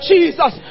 Jesus